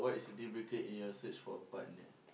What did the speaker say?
what is a dealbreaker in your search for a partner